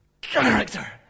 character